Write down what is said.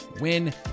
win